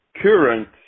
Current